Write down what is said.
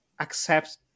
accept